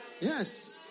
Yes